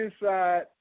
inside